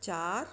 चार